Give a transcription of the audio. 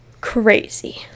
Crazy